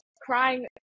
crying